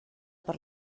per